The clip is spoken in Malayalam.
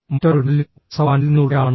മറ്റൊരാൾ മെർലിൻ ഒ സൌവാൻഡിൽ നിന്നുള്ളയാളാണ്